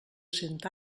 cent